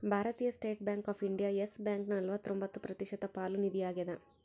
ಭಾರತೀಯ State Bank of India Yes ಬ್ಯಾಂಕನ ನಲವತ್ರೊಂಬತ್ತು ಪ್ರತಿಶತ ಪಾಲು ನಿಗದಿಯಾಗ್ಯದ